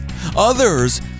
Others